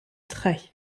trait